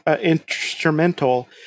instrumental